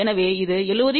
எனவே இது 70